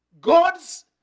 God's